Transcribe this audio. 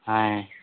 ఆయ్